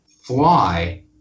fly